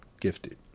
gifted